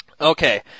Okay